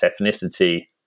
ethnicity